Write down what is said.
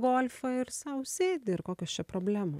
golfą ir sau sėdi ir kokios čia problemų